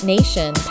Nation